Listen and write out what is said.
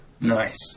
Nice